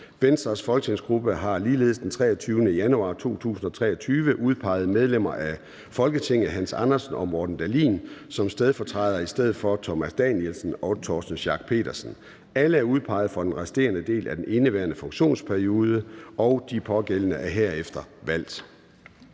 Venstres folketingsgruppe har ligeledes den 13. januar 2023 udpeget medlemmer af Folketinget Hans Andersen og Morten Dahlin som stedfortrædere i Lønningsrådet i stedet for Thomas Danielsen og Torsten Schack Pedersen. Alle de nævnte udpegede medlemmer og stedfortrædere er udpeget for den resterende del af indeværende funktionsperiode. De pågældende er herefter valgt.